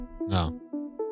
No